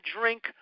drink